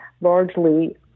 largely